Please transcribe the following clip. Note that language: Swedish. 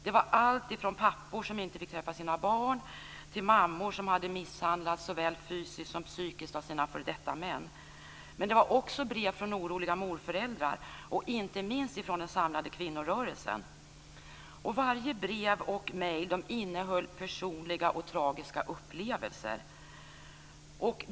Det var alltifrån pappor som inte fick träffa sina barn till mammor som hade misshandlats såväl fysiskt som psykiskt av sina f.d. män. Men det var också brev från oroliga morföräldrar, och inte minst från den samlade kvinnorörelsen. Varje brev och mejl innehöll personliga och tragiska upplevelser.